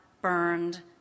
burned